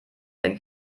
ein